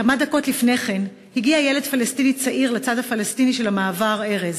כמה דקות לפני כן הגיע ילד פלסטיני לצד הפלסטיני של מעבר ארז,